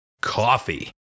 coffee